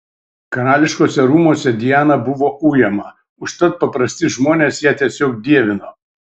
karališkuosiuose rūmuose diana buvo ujama užtat paprasti žmonės ją tiesiog dievino